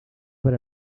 per